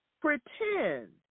pretend